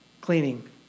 cleaning